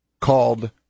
called